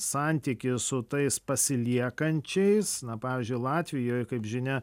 santykis su tais pasiliekančiais na pavyzdžiui latvijoje kaip žinia